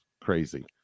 crazy